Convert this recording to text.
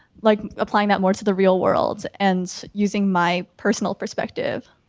like applying that more to the real world and using my personal perspective.